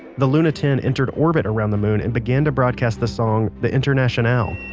the luna ten entered orbit around the moon and began to broadcast the song the internationale.